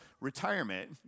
retirement